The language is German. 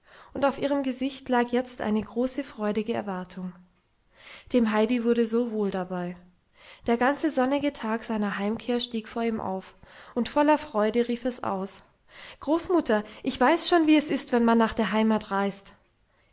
und auf ihrem gesicht lag jetzt eine große freudige erwartung dem heidi wurde so wohl dabei der ganze sonnige tag seiner heimkehr stieg vor ihm auf und voller freude rief es aus großmutter ich weiß schon wie es ist wenn man nach der heimat reist